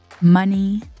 money